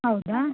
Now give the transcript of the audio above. ಹೌದಾ